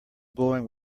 going